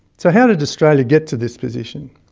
so how did australia get to this position?